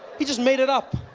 he just made it up